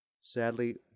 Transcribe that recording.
Sadly